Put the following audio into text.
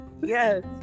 Yes